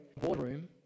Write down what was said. boardroom